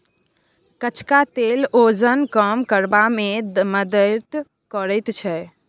कचका तेल ओजन कम करबा मे मदति करैत छै